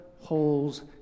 holes